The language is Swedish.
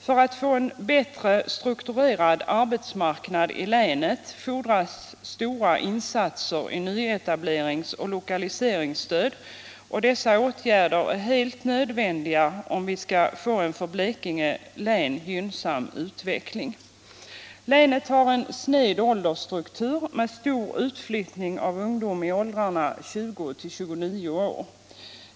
För att vi skall få en bättre strukturerad arbetsmarknad i länet erfordras stora insatser i nyetableringsoch lokaliseringsstöd. Dessa åtgärder är helt nödvändiga om vi skall få en för Blekinge län gynnsam utveckling. Länet har en sned åldersstruktur med stor utflyttning av ungdom i åldrarna 20-29 år.